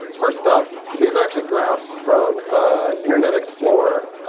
first up, these are actually graphs from internet explorer.